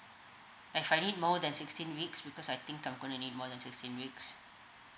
if I need more than sixteen weeks because I think I'm going to need more than sixteen weeks